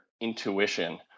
intuition